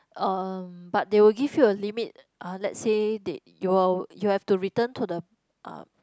uh but they will give you a limit uh let's say they you'll you have to return to the uh